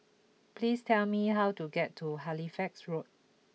please tell me how to get to Halifax Road